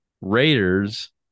Raiders